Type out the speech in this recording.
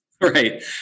right